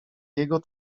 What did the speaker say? jego